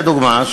לדוגמה,